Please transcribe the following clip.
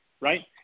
right